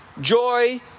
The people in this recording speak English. joy